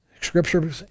Scripture